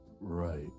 Right